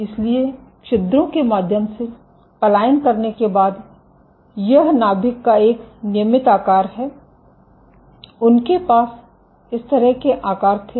इसलिए छिद्रों के माध्यम से पलायन करने के बाद यह नाभिक का एक नियमित आकार है उनके पास इस तरह के आकार थे